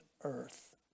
earth